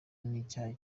n’ibyaha